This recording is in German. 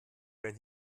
wenn